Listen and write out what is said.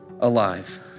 alive